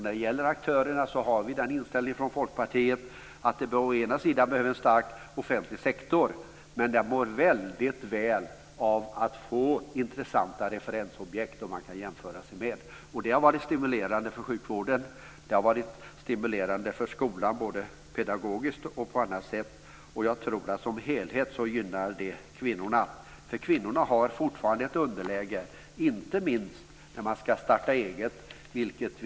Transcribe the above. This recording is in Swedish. När det gäller aktörerna har Folkpartiet den inställningen att det å ena sidan behövs en stark offentlig sektor men att den å andra sidan mår väldigt väl av att få intressanta referensobjekt att jämföra sig med. Det har varit stimulerande för sjukvården, och det har varit stimulerande för skolan - både pedagogiskt och på annat sätt. Jag tror också att det som helhet gynnar kvinnorna. Kvinnorna har fortfarande ett underläge, inte minst när de ska starta eget.